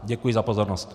Děkuji za pozornost.